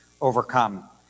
overcome